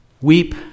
weep